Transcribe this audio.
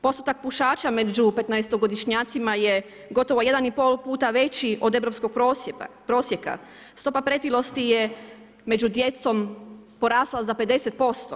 Postotak pušača među 15-godišnjacima je gotovo 1,5 puta već od europskog prosjeka, stopa pretilosti je među djecom porasla za 50%